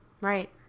Right